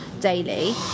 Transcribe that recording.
daily